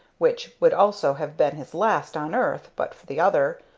which would also have been his last on earth but for the other,